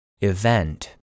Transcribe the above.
Event